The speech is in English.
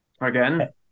again